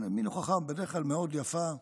זו מין הוכחה, בדרך כלל מאוד יפה,